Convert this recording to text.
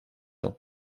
ans